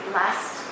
last